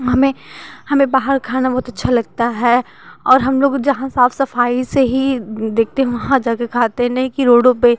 हमें हमें बाहर खाना बहुत अच्छा लगता है और हम लोग जहाँ साफ सफाई सही देखते हैं वहाँ जा कर खाते नहीं कि रोडों पर